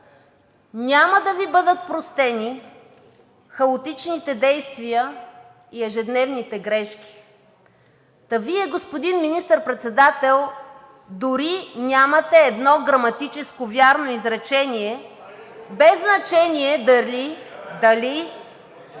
Няма да Ви бъдат простени хаотичните действия и ежедневните грешки. Та Вие, господин Министър-председател, дори нямате едно граматическо вярно изречение, без значение дали